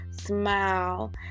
smile